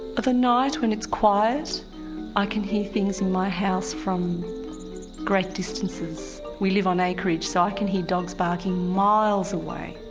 of a night when it's quiet i can hear things in my house from great distances. we live on acreage so i can hear dogs barking miles away.